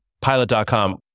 Pilot.com